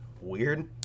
Weird